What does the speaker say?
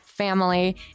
family